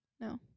No